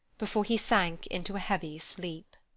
before he sank into a heavy sleep.